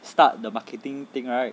start the marketing thing right